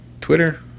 twitter